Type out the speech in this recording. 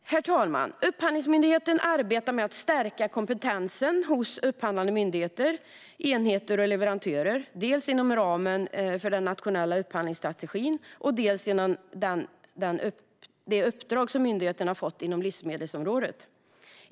Herr talman! Upphandlingsmyndigheten arbetar med att stärka kompetensen hos upphandlande myndigheter, enheter och leverantörer, dels inom ramen för den nationella upphandlingsstrategin, dels genom det uppdrag som myndigheten har fått inom livsmedelsområdet.